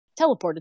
Teleported